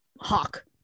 hawk